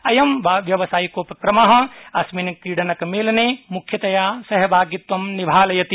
अयं व्यावसायिकोपक्रम अस्मिन् क्रीडनकमेलने मुख्यतया सहभागित्वं निभालयति